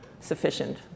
sufficient